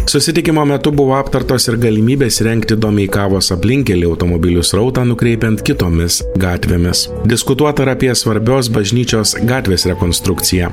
susitikimo metu buvo aptartos ir galimybės rengti domeikavos aplinkkelį automobilių srautą nukreipiant kitomis gatvėmis diskutuot ar apie svarbios bažnyčios gatvės rekonstrukciją